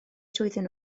trwyddyn